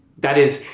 that is,